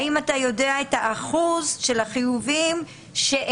האם אתה יודע את האחוז של החיוביים שמחוסנים,